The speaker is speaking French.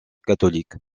catholique